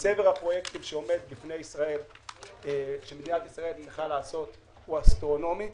צבר הפרוייקטים שמדינת ישראל צריכה לעשות הוא אסטרונומי.